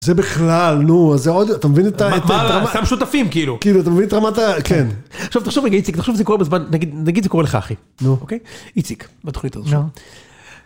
זה בכלל, נו, אז זה עוד, אתה מבין את הרמה? סתם שותפים, כאילו. כאילו, אתה מבין את רמת ה... כן. עכשיו, תחשוב רגע, איציק, תחשוב שזה קורה בזמן, נגיד זה קורה לך, אחי. נו. אוקיי? איציק, בתוכנית הזאת. נו.